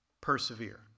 persevere